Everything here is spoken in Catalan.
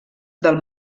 del